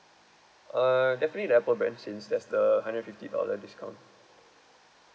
uh definitely the apple brand since there's the hundred fifty dollar discount